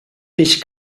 peix